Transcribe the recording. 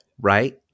Right